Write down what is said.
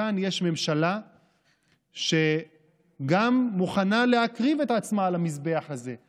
כאן יש ממשלה שגם מוכנה להקריב את עצמה על המזבח הזה.